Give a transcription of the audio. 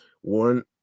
one